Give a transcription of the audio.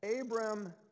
Abram